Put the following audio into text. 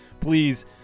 Please